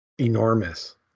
enormous